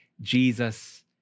Jesus